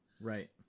right